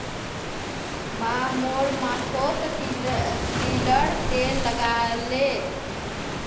माँ मोर माथोत तिलर तेल लगाले